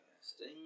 Sting